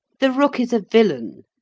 the rook is a villain,